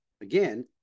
Again